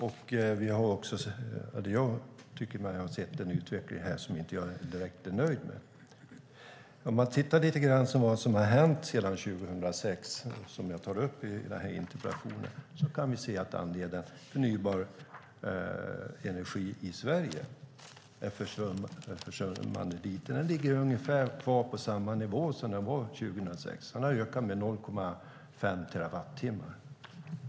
Jag tycker mig ha sett en utveckling som jag inte är direkt nöjd med. Tittar man på vad som har hänt sedan 2006, vilket jag tar upp i interpellationen, kan vi se att andelen förnybar energi i Sverige är försvinnande liten. Den ligger kvar på ungefär samma nivå som 2006. Den har ökat med 0,5 terawattimmar.